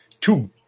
two